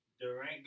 Durant